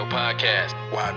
podcast